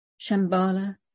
Shambhala